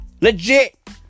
Legit